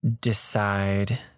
decide